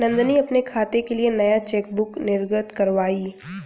नंदनी अपने खाते के लिए नया चेकबुक निर्गत कारवाई